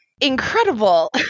incredible